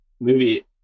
movie